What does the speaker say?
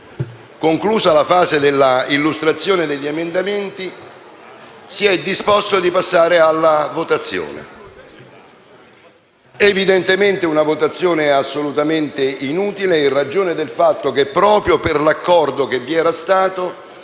conclusa la fase della illustrazione degli emendamenti, si è disposto di passare alla votazione. Evidentemente una votazione assolutamente inutile, in ragione del fatto che, proprio per l'accordo che vi era stato,